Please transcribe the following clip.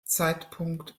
zeitpunkt